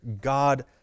God